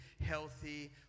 healthy